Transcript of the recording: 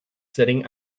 sitting